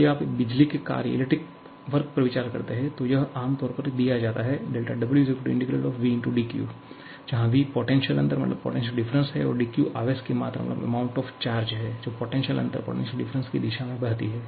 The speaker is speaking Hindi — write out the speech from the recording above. यदि आप बिजली के कार्य पर विचार करते हैं तो यह आम तौर पर दिया जाता है δW ∫VdQ जहां Vपोटेंशिअलअंतर है और dQ आवेश की मात्रा है जो पोटेंशिअल अंतर की दिशा में बहती है